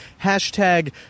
hashtag